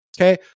Okay